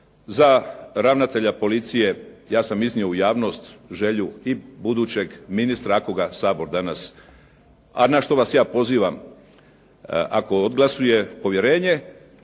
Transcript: za ravnatelja policije. Ja sam iznio u javnost želju i budućeg ministra, ako ga Sabor danas a na što vas je pozivam, ako izglasuje povjerenje